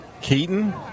Keaton